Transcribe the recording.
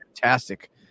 fantastic